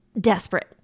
desperate